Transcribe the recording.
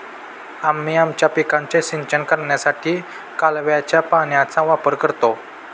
आम्ही आमच्या पिकांचे सिंचन करण्यासाठी कालव्याच्या पाण्याचा वापर करतो